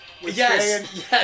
Yes